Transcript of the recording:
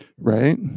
Right